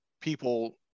people